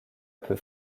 peu